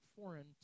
foreign